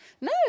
No